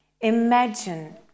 imagine